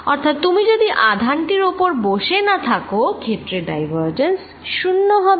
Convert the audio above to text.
অর্থাৎ তুমি যদি আধান টির ওপর বসে না থাকো ক্ষেত্রের ডাইভারজেন্স শুন্য হবে